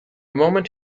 moment